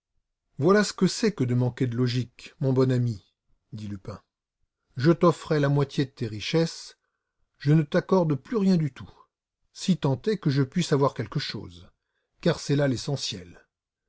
voilà ce que c'est que de manquer de logique mon bon ami dit lupin je t'offrais la moitié de tes richesses je ne t'accorde plus rien du tout si tant est que je puisse avoir quelque chose car c'est là l'essentiel